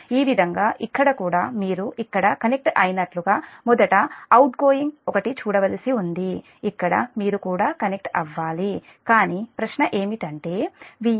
ఈ విధంగా ఇక్కడ కూడా మీరు ఇక్కడ కనెక్ట్ అయినట్లుగా మొదటి అవుట్గోయింగ్ ఒకటి చూడవలసి ఉంది ఇక్కడ మీరు కూడా కనెక్ట్ అవ్వాలి కానీ ప్రశ్న ఏమిటంటే Va0 Va1 3 Zf Ia0